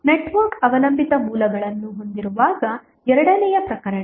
network ಅವಲಂಬಿತ ಮೂಲಗಳನ್ನು ಹೊಂದಿರುವಾಗ ಎರಡನೆಯ ಪ್ರಕರಣ